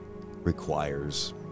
requires